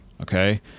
Okay